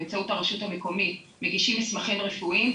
באמצעות הרשות המקומית מגישים מסמכים רפואיים,